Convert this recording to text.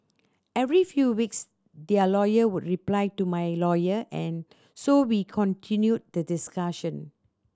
every few weeks their lawyer would reply to my lawyer and so we continued the discussion